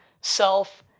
self